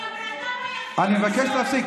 היא הבן אדם היחיד, אני מבקש להפסיק.